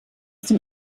dem